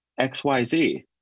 XYZ